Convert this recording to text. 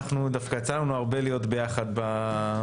דווקא יצא לנו הרבה להיות יחד בוועדות,